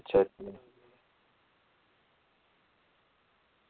अच्छा अच्छा